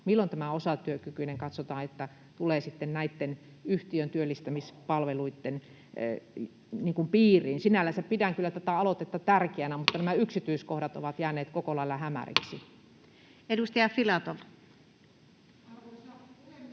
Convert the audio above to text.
että osatyökykyinen tulee näitten yhtiön työllistämispalveluitten piiriin? Sinällänsä pidän kyllä tätä aloitetta tärkeänä, mutta nämä yksityiskohdat ovat jääneet koko lailla hämäriksi. Edustaja Filatov. [Puhuja aloittaa